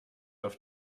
auf